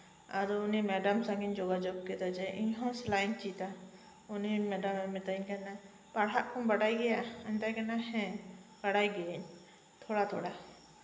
ᱟᱨ ᱩᱱᱤ ᱢᱮᱰᱟᱢ ᱥᱟᱶ ᱤᱧ ᱡᱳᱜᱟᱡᱳᱜ ᱠᱮᱫᱟ ᱡᱮ ᱤᱧᱦᱚᱸ ᱥᱤᱞᱟᱹᱭ ᱤᱧ ᱪᱮᱫᱟ ᱩᱱᱤ ᱢᱮᱰᱟᱢ ᱮ ᱢᱤᱛᱟᱹᱧ ᱠᱟᱱᱟ ᱯᱟᱲᱦᱟᱜ ᱠᱚᱢ ᱵᱟᱰᱟᱭ ᱜᱮᱭᱟ ᱟᱫᱚᱧ ᱢᱮᱛᱟᱭ ᱠᱟᱱᱟ ᱦᱮᱸ ᱵᱟᱲᱟᱭ ᱜᱤᱭᱟᱹᱧ ᱛᱷᱚᱲᱟ ᱛᱷᱚᱲᱟ